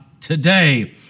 today